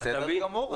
בסדר גמור.